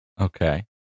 okay